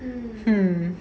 mm